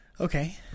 Okay